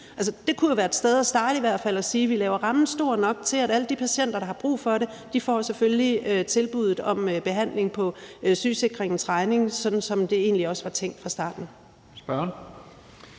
det kunne jo være et sted at starte i hvert fald, så vi siger, at vi laver rammen stor nok til, at alle de patienter, der har brug for det, selvfølgelig får tilbuddet om behandling på sygesikringens regning, sådan som det egentlig også var tænkt fra starten.